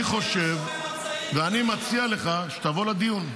אני חושב, מציע לך שתבוא לדיון.